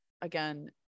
again